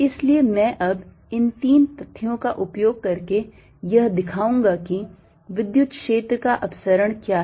इसलिए मैं अब इन तीन तथ्यों का उपयोग करके यह दिखाऊंगा कि विद्युत क्षेत्र का अपसरण क्या है